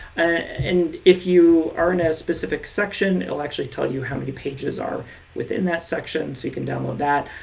and if you are in a specific section it'll actually tell you how many pages are within that section so you can download that.